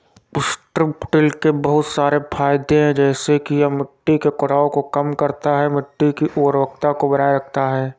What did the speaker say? strip till के बहुत सारे फायदे हैं जैसे कि यह मिट्टी के कटाव को कम करता है, मिट्टी की उर्वरता को बनाए रखता है